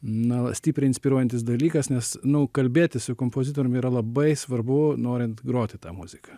na stipriai inspiruojantis dalykas nes nu kalbėtis su kompozitorium yra labai svarbu norint groti tą muziką